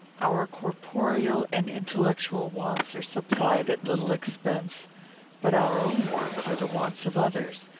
our corporeal and intellectual wants are supplied at little expense but our own wants are the wants of others,